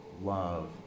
Love